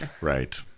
Right